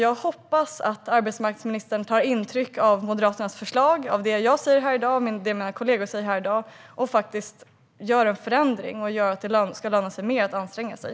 Jag hoppas att arbetsmarknadsministern tar intryck av Moderaternas förslag och av det som jag och mina kollegor säger här i dag och faktiskt gör en förändring, så att det ska löna sig mer att anstränga sig.